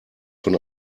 von